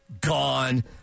gone